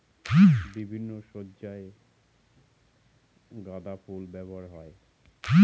বিভিন্ন সজ্জায় গাঁদা ফুল ব্যবহার হয়